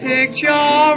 Picture